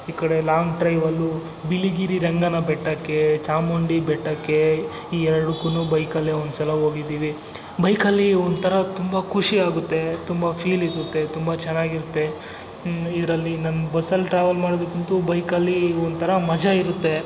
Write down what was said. ಈ ಕಡೆ ಲಾಂಗ್ ಡ್ರೈವಲ್ಲು ಬಿಳಿಗಿರಿರಂಗನ ಬೆಟ್ಟಕ್ಕೆ ಚಾಮುಂಡಿ ಬೆಟ್ಟಕ್ಕೆ ಈ ಎರಡಕ್ಕೂ ಬೈಕಲ್ಲೇ ಒಂದ್ಸಲ ಹೋಗಿದ್ದಿವಿ ಬೈಕಲ್ಲಿ ಒಂಥರ ತುಂಬ ಖುಷಿಯಾಗುತ್ತೆ ತುಂಬ ಫೀಲಿರುತ್ತೆ ತುಂಬ ಚೆನ್ನಾಗಿರುತ್ತೆ ಇದರಲ್ಲಿ ನನ್ಗೆ ಬಸ್ಸಲ್ಲಿ ಟ್ರಾವೆಲ್ ಮಾಡೋದಕ್ಕಿಂತಲೂ ಬೈಕಲ್ಲಿ ಒಂಥರ ಮಜ ಇರುತ್ತೆ